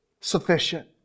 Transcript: sufficient